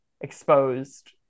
exposed